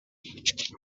هیچچی